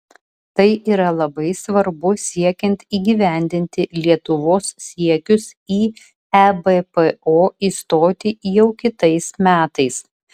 tai yra labai svarbu siekiant įgyvendinti lietuvos siekius į ebpo įstoti jau kitais metais